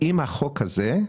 עם החוק הזה,